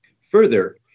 Further